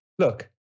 Look